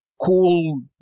cool